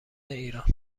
ایران